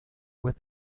with